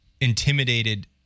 intimidated